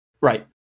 Right